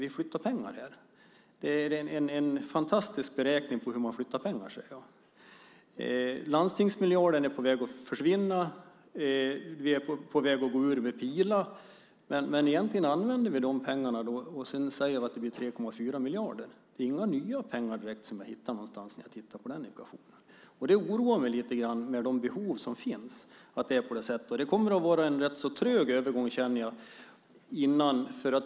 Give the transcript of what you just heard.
Vi flyttar pengar här; det är en fantastisk beräkning på hur man flyttar pengar. Landstingsmiljarden är på väg att försvinna. Vi är på väg att gå ur med Pila. Men egentligen använder man pengarna och säger att det blir 3,4 miljarder. Det är inte direkt några nya pengar som jag hittar när jag tittar på den ekvationen. Det oroar mig lite grann att det är på det sättet med tanke på de behov som finns. Jag känner att det kommer att vara en rätt så trög övergång.